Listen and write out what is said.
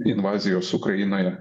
invazijos ukrainoje